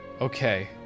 Okay